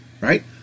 right